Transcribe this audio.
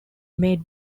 made